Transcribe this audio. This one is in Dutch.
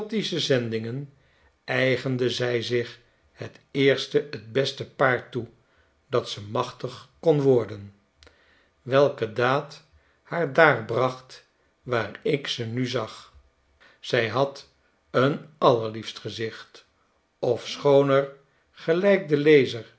zendingen eigende zij zich het eerste het beste paard toe dat ze machtig kon worden welke daad haar daar bracht waar ik ze nu zag zij had een allerliefst gezicht ofschoon er gelijk de lezer